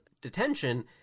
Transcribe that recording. detention